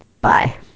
Bye